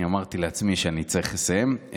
אני אמרתי לעצמי שאני צריך לסיים.